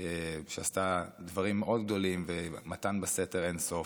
שעשתה דברים מאוד גדולים ומתן בסתר אין-סוף.